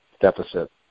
deficit